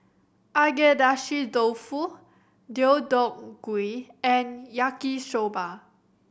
Agedashi Dofu Deodeok Gui and Yaki Soba